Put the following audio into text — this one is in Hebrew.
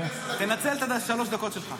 --- תנצל את שלוש הדקות שלך.